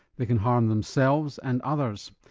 they can harm themselves and others.